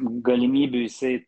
galimybių jisai